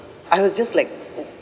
I was just like